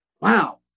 Wow